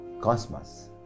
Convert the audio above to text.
cosmos